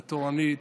התורנית,